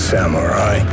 Samurai